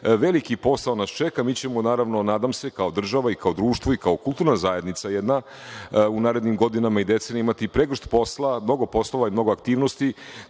veliki posao nas čeka. Mi ćemo, naravno, nadam se kao država, kao društvo i kao kulturna zajednica jedna u narednim godinama i decenijama imati mnogo poslova i mnogo aktivnosti